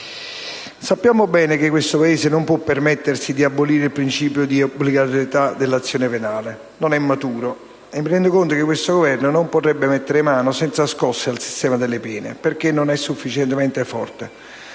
Sappiamo bene che questo Paese non può permettersi di abolire il principio dell'obbligatorietà dell'azione penale, non è maturo, e mi rendo conto che questo Governo non potrebbe mettere mano senza scosse al sistema delle pene, perché non è sufficientemente forte.